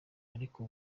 ariko